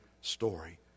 story